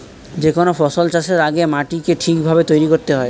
যে কোনো ফসল চাষের আগে মাটিকে ঠিক ভাবে তৈরি করতে হয়